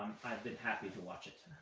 i've been happy to watch it.